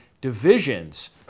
divisions